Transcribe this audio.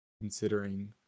considering